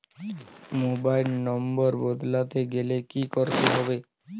Mobile নম্বর বদলাতে গেলে কি করতে হবে?